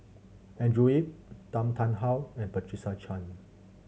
Andrew Yip Tan Tarn How and Patricia Chan